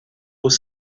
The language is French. aux